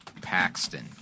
Paxton